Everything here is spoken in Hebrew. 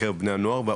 בקרב בני הנוער?